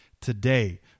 today